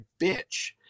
bitch